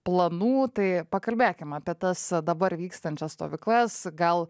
planų tai pakalbėkim apie tas dabar vykstančias stovyklas gal